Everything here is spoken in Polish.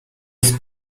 jest